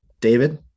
David